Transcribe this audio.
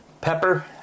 Pepper